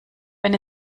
wenn